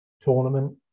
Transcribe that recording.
tournament